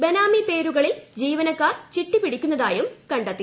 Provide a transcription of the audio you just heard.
ബെനാമി പേരുകളിൽ ജീവനക്കാർ ചിട്ടി പിടിക്കുന്നതായും കണ്ടെത്തി